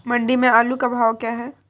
मंडी में आलू का भाव क्या है?